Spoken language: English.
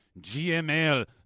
GML